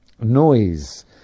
noise